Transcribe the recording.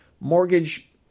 Mortgage